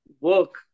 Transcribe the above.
work